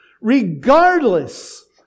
regardless